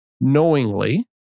knowingly